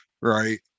Right